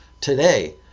today